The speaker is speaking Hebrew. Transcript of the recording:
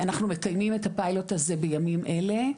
אנחנו מקיימים את הפיילוט הזה בימים אלה,